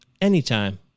anytime